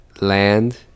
land